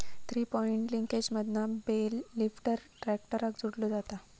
three point लिंकेजमधना bale lifter ट्रॅक्टराक जोडलो जाता